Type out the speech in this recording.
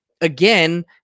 again